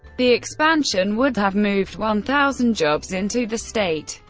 the expansion would have moved one thousand jobs into the state.